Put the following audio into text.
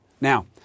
Now